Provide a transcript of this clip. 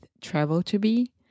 travel-to-be